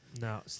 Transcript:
No